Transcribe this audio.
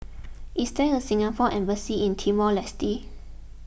is there a Singapore Embassy in Timor Leste